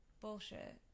bullshit